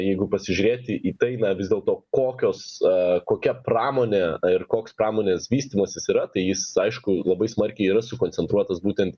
jeigu pasižiūrėti į tai na vis dėlto kokios e kokia pramonė ir koks pramonės vystymasis yra tai jis aišku labai smarkiai yra sukoncentruotas būtent